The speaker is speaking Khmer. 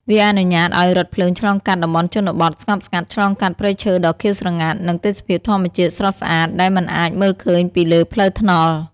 វាអនុញ្ញាតឱ្យរថភ្លើងឆ្លងកាត់ តំបន់ជនបទ ស្ងប់ស្ងាត់ ឆ្លងកាត់ ព្រៃឈើដ៏ខៀវស្រងាត់ និង ទេសភាពធម្មជាតិស្រស់ស្អាត ដែលមិនអាចមើលឃើញពីលើផ្លូវថ្នល់។